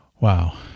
Wow